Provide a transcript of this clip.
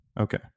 Okay